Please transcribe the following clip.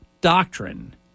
doctrine